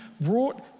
brought